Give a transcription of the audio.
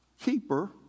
keeper